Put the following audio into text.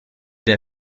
der